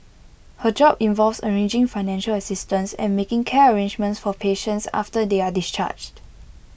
her job involves arranging financial assistance and making care arrangements for patients after they are discharged